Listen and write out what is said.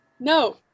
No